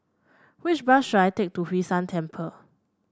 which bus should I take to Hwee San Temple